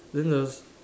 then the